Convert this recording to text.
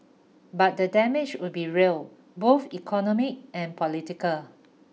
but the damage would be real both economic and political